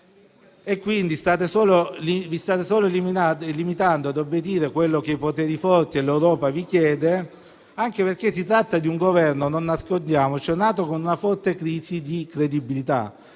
e quindi vi state limitando ad obbedire a quello che i poteri forti e l'Europa vi chiedono, anche perché si tratta di un Governo - non nascondiamocelo - nato con una forte crisi di credibilità.